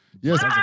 Yes